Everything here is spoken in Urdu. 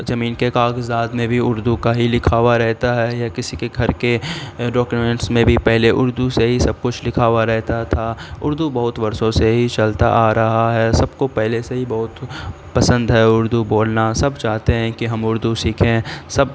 زمین کے کاغذات میں بھی اردو کا ہی لکھا ہوا رہتا ہے یا کسی کے گھر کے ڈاکیومینٹس میں بھی پہلے اردو سے ہی سب کچھ لکھا ہوا رہتا تھا اردو بہت برسوں سے ہی چلتا آ رہا ہے سب کو پہلے سے ہی بہت پسند ہے اردو بولنا سب چاہتے ہیں کہ ہم اردو سیکھیں سب